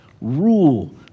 rule